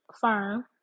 firm